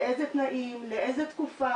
באיזה תנאים, לאיזה תקופה.